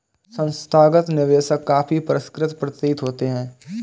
संस्थागत निवेशक काफी परिष्कृत प्रतीत होते हैं